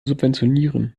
subventionieren